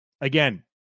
Again